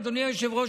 אז אדוני היושב-ראש,